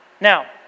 Now